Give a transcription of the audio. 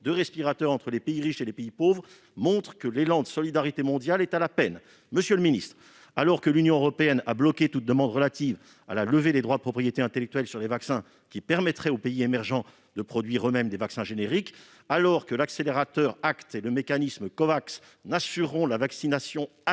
de respirateurs entre les pays riches et les pays pauvres montre que l'élan de solidarité mondiale est à la peine. Monsieur le secrétaire d'État, alors que l'Union européenne a bloqué toute demande relative à la levée des droits de propriété intellectuelle sur les vaccins, qui permettrait aux pays émergents de produire eux-mêmes des vaccins génériques, alors que l'accélérateur ACT et le mécanisme Covax assureront au mieux la vaccination de